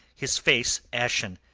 his face ashen.